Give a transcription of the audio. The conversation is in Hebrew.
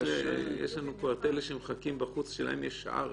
יש פה כאלה שמחכים בחוץ שלהם יש רק שעה.